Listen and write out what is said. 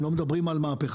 הם לא מדברים על מהפכה,